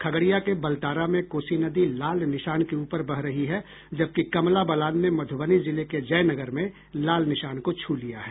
खगड़िया के बलतारा में कोसी नदी लाल निशान के ऊपर बह रही है जबकि कमला बलान ने मधुबनी जिले के जयनगर में लाल निशान को छू लिया है